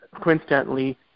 coincidentally